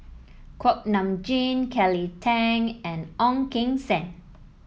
Kuak Nam Jin Kelly Tang and Ong Keng Sen